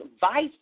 vice